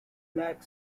black